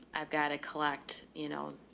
i've got to collect, you know,